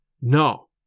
No